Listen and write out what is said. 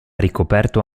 ricoperto